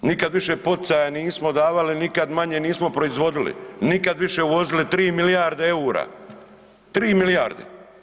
Nikada više poticaja nismo davali, nikad manje nismo proizvodili, nikad više uvozili 3 milijarde eura, 3 milijarde.